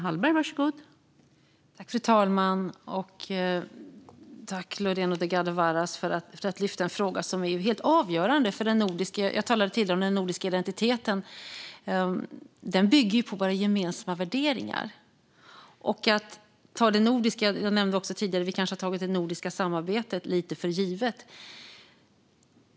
Fru talman! Jag tackar Lorena Delgado Varas för att hon lyfter en fråga som är helt avgörande för den nordiska identiteten, som jag talade om tidigare. Den bygger ju på våra gemensamma värderingar. Jag nämnde tidigare också att vi kanske har tagit det nordiska samarbetet lite för givet.